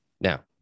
Now